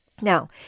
Now